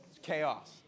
chaos